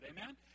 amen